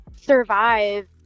survive